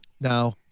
Now